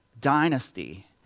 dynasty